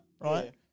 Right